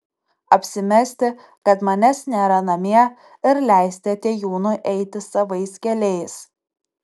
apsimesti kad manęs nėra namie ir leisti atėjūnui eiti savais keliais